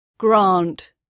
grant